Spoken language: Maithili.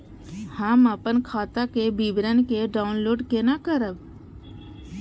हम अपन खाता के विवरण के डाउनलोड केना करब?